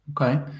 Okay